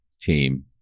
team